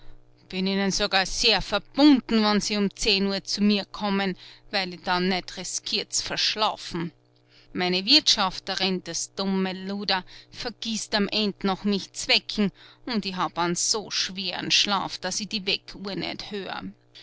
bin ihnen sogar sehr verbunden wenn sie um zehn uhr zu mir kommen weil i dann net riskier zu verschlafen meine wirtschafterin das dumme luder vergißt am end noch mich zu wecken und i hab an so schweren schlaf daß i die weckuhr net hör